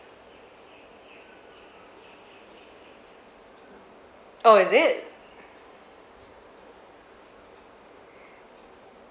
oh is it